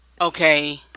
Okay